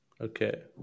Okay